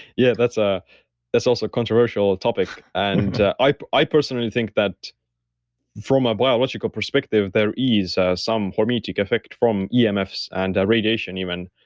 yeah, that's ah that's also a controversial ah topic. and ah i i personally think that from a biological perspective, there is some hormetic effect from yeah emfs and radiation even.